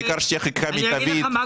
העיקר שתהיה חקיקה מיטבית,